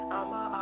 I'ma